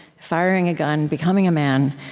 firing a gun, becoming a man.